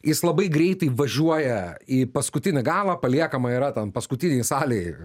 jis labai greitai važiuoja į paskutinį galą paliekama yra ten paskutinėj salėj